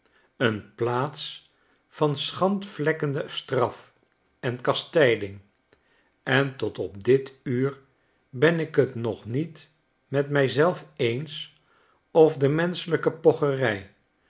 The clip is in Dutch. een plaats van schandvlekkende straf en kastijding en tot op dit uur ben ik t nog niet met mij zelfeens of de menschelijke pocherij